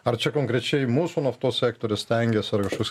ar čia konkrečiai mūsų naftos sektorius stengiasi ar kažkoks